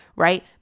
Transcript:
right